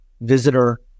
visitor